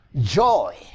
joy